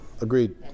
Agreed